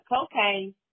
cocaine